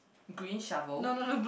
green shovel